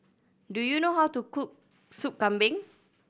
do you know how to cook Sup Kambing